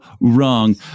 wrong